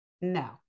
No